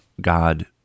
God